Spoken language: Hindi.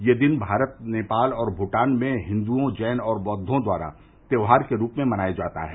यह दिन भारत नेपाल और भूटान में हिंदुओं जैन और बैद्वों द्वारा त्योहार के रूप में मनाया जाता है